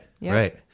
Right